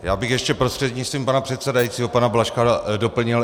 Já bych ještě prostřednictvím pana předsedajícího pana Blažka doplnil.